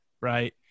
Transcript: right